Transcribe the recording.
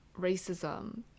racism